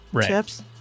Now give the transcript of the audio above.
chips